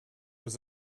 was